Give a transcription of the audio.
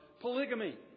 polygamy